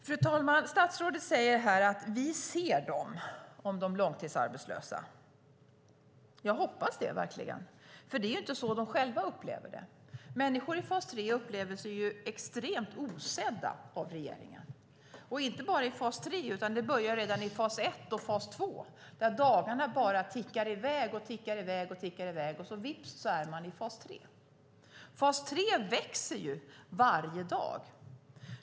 Fru talman! Statsrådet säger om de långtidsarbetslösa att "vi ser dem". Jag hoppas det verkligen. Det är nämligen inte så de själva upplever det. Människor i fas 3 upplever sig extremt osedda av regeringen, och det gäller inte bara i fas 3, utan det börjar även i fas 1 och fas 2, där dagarna bara tickar i väg, och vips är man i fas 3. Fas 3 växer ju varje dag.